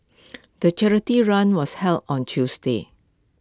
the charity run was held on Tuesday